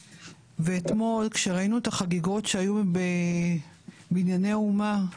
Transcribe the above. אתמול, כשראינו את החגיגות שהיו בבנייני האומה,